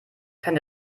kann